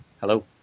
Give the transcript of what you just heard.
hello